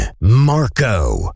Marco